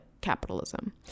capitalism